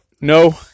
No